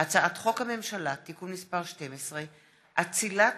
הצעת חוק הממשלה (תיקון מס' 12) (אצילת